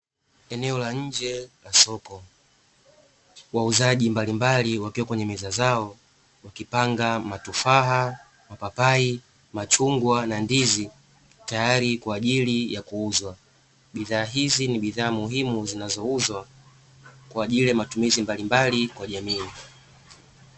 Eneo la nje la soko, wauzaji mbalimbali wakiwa kwenye meza zao wakipanga matofaha, mapapai, machungwa na ndizi tayari kwa ajili ya kuuzwa. Bidhaa hizi ni muhimu zinazouzwa kwa ajili matumizi mbalimbali kwa jamii.